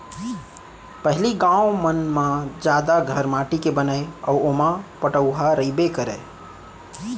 पहिली गॉंव मन म जादा घर माटी के बनय अउ ओमा पटउहॉं रइबे करय